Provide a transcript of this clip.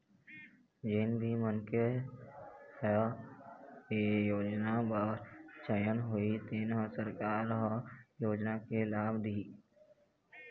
जेन भी मनखे ह ए योजना बर चयन होही तेन ल सरकार ह योजना के लाभ दिहि